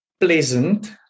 pleasant